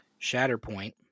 Shatterpoint